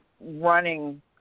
running